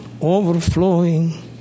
overflowing